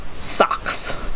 Socks